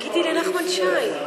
חיכיתי לנחמן שי.